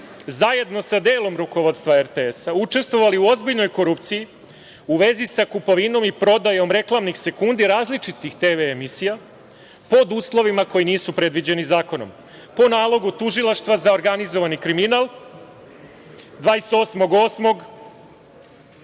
zajedno sa delom rukovodstva RTS-a učestvovali u ozbiljnoj korupciji u vezi sa kupovinom i prodajom reklamnih sekundi različitih TV emisija, pod uslovima koji nisu predviđeni zakonom. Po nalogu Tužilaštva za organizovani kriminal, 28.08.